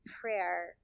prayer